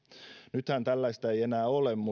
nythän tällaista ei enää ole mutta